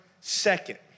second